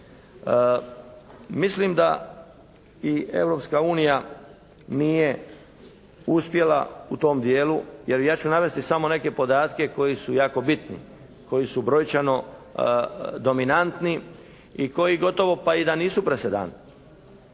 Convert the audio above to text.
unija nije uspjela u tom dijelu jer ja ću navesti samo neke podatke koji su jako bitni. Koji su brojčano dominantni i koji gotovo da i nisu presedan.